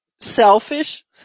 selfish